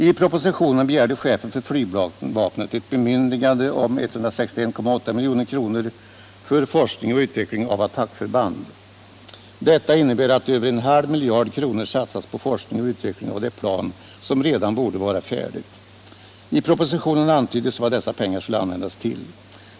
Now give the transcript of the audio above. I propositionen begärde chefen för flygvapnet ett bemyndigande om 161,8 milj.kr. för forskning och utveckling av attackförband. Detta innebär att över en halv miljard kronor satsas på forskning och utveckling av det plan som redan borde vara färdigt. I propositionen antyddes vad dessa pengar skulle användas till.